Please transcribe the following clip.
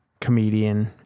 comedian